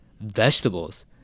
vegetables